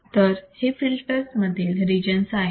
तर हे फिल्टर्स मधले रीजनस आहेत